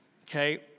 Okay